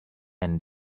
and